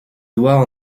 doigt